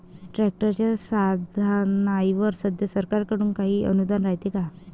ट्रॅक्टरच्या साधनाईवर सध्या सरकार कडून काही अनुदान रायते का?